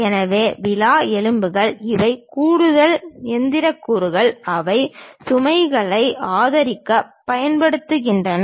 எனவே விலா எலும்புகள் இவை கூடுதல் இயந்திர கூறுகள் அவை சுமைகளை ஆதரிக்கப் பயன்படுத்துகிறோம்